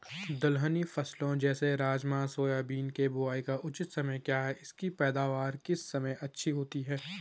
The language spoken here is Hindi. दलहनी फसलें जैसे राजमा सोयाबीन के बुआई का उचित समय क्या है इसकी पैदावार किस समय अच्छी होती है?